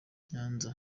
nyanza